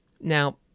Now